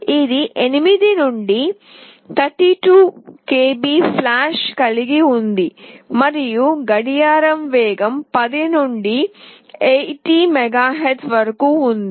ఇది 8 నుండి 32 KB flash కలిగి ఉంది మరియు గడియార వేగం 10 నుండి 80 MHz వరకు ఉంటుంది